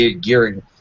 gearing